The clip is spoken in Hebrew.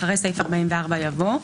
אחרי סעיף 44 יבוא: